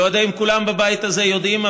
לא יודע אם כולם בבית הזה יודעים,